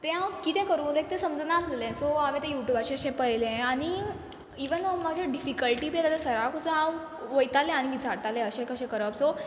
तें हांव कितें करूं लायक तें समजना आसललें सो हांवें तें युटुबाचेर अशें पयलें आनी इवन हांव म्हाजे डिफिकल्टी बी येता ते सराक वसून हांव वयतालें आनी विचारतालें अशें कशें करप सो